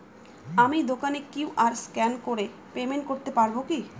আমি দোকানে QR scan করে পেমেন্ট করতে পারবো কি?